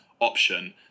option